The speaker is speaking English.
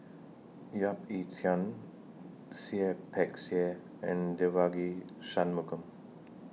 Yap Ee Chian Seah Peck Seah and Devagi Sanmugam